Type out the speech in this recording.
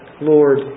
Lord